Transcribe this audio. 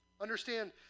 Understand